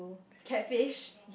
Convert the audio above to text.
catfish